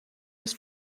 was